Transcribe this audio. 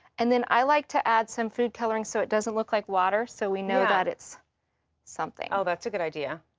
and then, i like to add some food coloring so it doesnt look like water, so we know that its something. oh, thats a good idea.